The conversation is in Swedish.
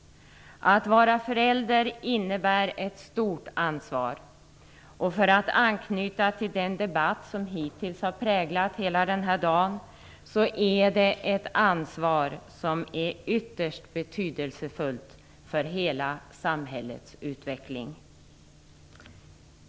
Att vara förälder innebär ett stort ansvar. För att anknyta till den debatt som hittills har präglat hela dagen, är detta ett ansvar som är ytterst betydelsefullt för hela samhällets utveckling.